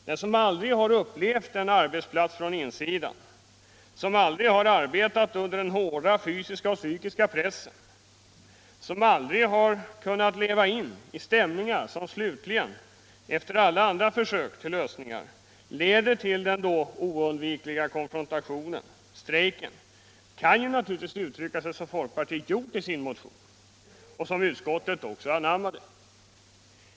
Den som aldrig har upplevt en arbetsplats från insidan, som aldrig har arbetat under den hårda fysiska och psykiska pressen, som aldrig har kunnat leva sig in i stämningar som slutligen — efter alla andra försök till lösningar — leder till den då oundvikliga konfrontationen, strejken, kan naturligtvis uttrycka sig som folkpartiet gjort i sin motion, ett ut 53 tryckssätt som utskottet också anammade.